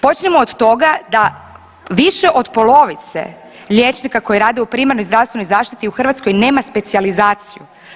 Počnimo od toga da više od polovice liječnika koji rade u primarnoj zdravstvenoj zaštiti u Hrvatskoj nema specijalizaciju.